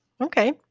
okay